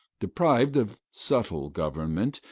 depriv'd of supple government,